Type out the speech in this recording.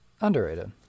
Underrated